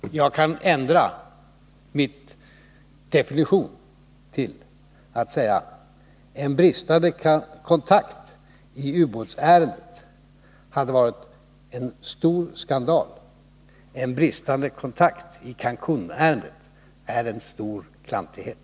Herr talman! Jag kan ändra min definition och säga: En bristande kontakt i ubåtsärendet hade varit en stor skandal. En bristande kontakt i Cancunärendet är en stor klantighet.